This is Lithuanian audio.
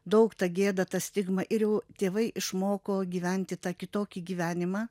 daug ta gėda ta stigma ir jau tėvai išmoko gyventi tą kitokį gyvenimą